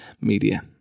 media